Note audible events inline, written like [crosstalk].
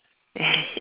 [laughs]